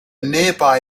nearby